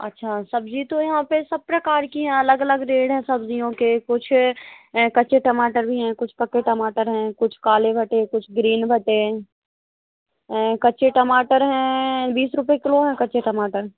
अच्छा सब्ज़ी तो यहाँ पर सब प्रकार की है अलग अलग रेड हैं सब्ज़ियों के कुछ कच्चे टमाटर भी हैं कुछ पक्के टमाटर हैं कुछ काले भुट्टे कुछ ग्रीन भुट्टे हैं कच्चे टमाटर हैं बीस रुपये किलो हैं कच्चे टमाटर